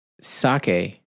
sake